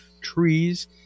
trees